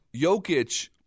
Jokic